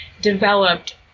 developed